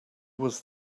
was